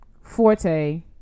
forte